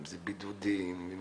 אם זה בידוד או איכונים,